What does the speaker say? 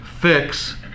fix